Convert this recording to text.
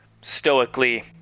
stoically